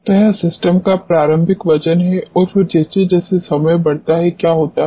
तो यह सिस्टम का प्रारंभिक वजन है और फिर जैसे जैसे समय बढ़ता है क्या होता है